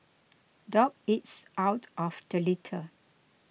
dog eats out of the litter